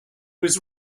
was